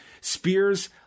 Spears